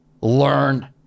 learn